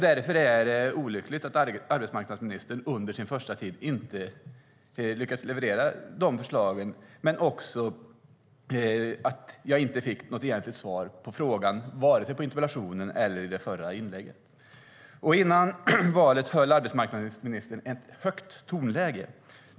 Därför är det olyckligt att arbetsmarknadsministern under sin första tid inte lyckats leverera de förslagen, men också att jag inte fick något egentligt svar på frågan vare sig i interpellationssvaret eller i ministerns förra inlägg. Före valet hade Ylva Johansson ett högt tonläge.